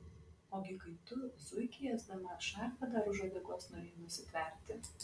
ogi kai tu zuikį ėsdama šarką dar už uodegos norėjai nusitverti